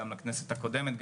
גם לכנסת הקודמת,